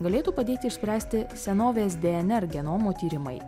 galėtų padėti išspręsti senovės dnr genomo tyrimai